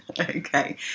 okay